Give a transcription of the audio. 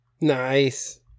nice